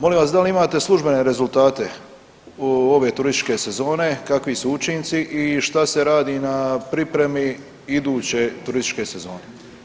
Molim vas da li imate službene rezultate ove turističke sezone, kakvi su učinci i šta se radi na pripremi iduće turističke sezone.